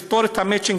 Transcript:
לפתור את המצ'ינג,